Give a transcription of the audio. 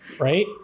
Right